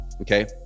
okay